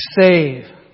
save